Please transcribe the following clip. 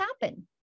happen